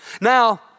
Now